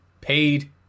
paid